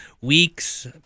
week's